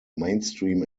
mainstream